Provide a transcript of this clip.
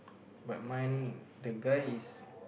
but mine the guy is